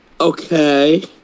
Okay